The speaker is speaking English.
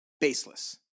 baseless